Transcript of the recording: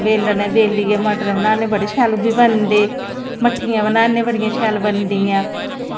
मगर इत्थें कोई गौरमैंट लैंदी त् है नी कनक मजबूर होइयै असैं बपारियें गी देनी पौंदी ऐ